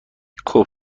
خوب